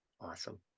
awesome